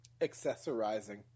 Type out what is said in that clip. Accessorizing